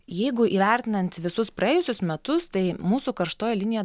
jeigu įvertinant visus praėjusius metus tai mūsų karštoji linija